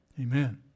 Amen